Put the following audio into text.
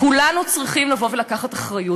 כולנו צריכים לבוא ולקחת אחריות.